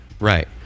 Right